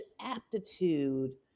aptitude